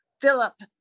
Philip